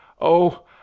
Oh